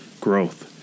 growth